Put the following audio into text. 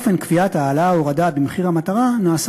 קביעת העלאה או הורדה במחיר המטרה נעשית